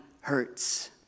hurts